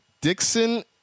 Dixon